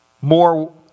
more